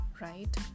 right